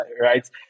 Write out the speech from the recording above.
right